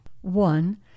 One